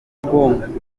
ubuziranenge